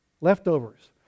Leftovers